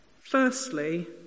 Firstly